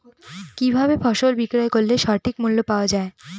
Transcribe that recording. কি ভাবে ফসল বিক্রয় করলে সঠিক মূল্য পাওয়া য়ায়?